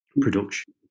production